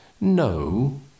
No